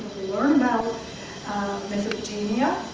learn about mesopotamia,